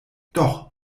doch